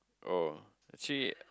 oh actually